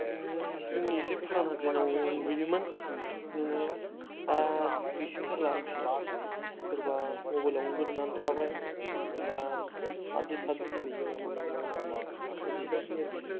जोंनि एसे फुराना दिनाव नुयोमोन दा गैसिन थारला सोरबा मबाइलावनो गोदोनानै थाबाय सोरबा बिदिनो फाबजि थाबजि गेलेयो नामा बेफोरबादि आरोखि